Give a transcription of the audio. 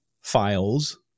files